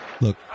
Look